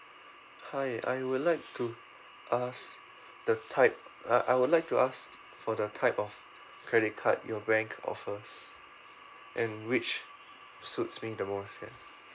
hi I would like to ask the type I I would like to ask for the type of credit card your bank offers and which suits me the most ya